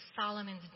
Solomon's